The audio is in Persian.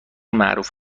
معروف